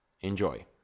Enjoy